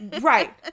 right